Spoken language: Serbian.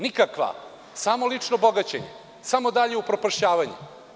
Nikakva, samo lično bogaćenje, samo dalje upropašćavanje.